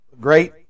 great